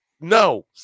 no